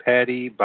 Patty